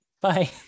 Bye